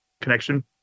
connection